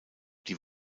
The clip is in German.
die